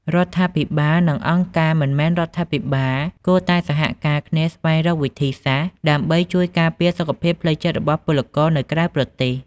រដ្ឋាភិបាល និងអង្គការមិនមែនរដ្ឋាភិបាលគួរតែសហការគ្នាស្វែងរកវិធីសាស្ត្រ ដើម្បីជួយការពារសុខភាពផ្លូវចិត្តរបស់ពលករនៅក្រៅប្រទេស។